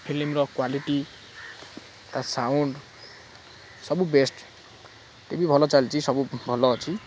ଫିଲିମ୍ର quality ତା sound ସବୁ best TV ଭଲ ଚାଲିଛି ସବୁ ଭଲ ଅଛି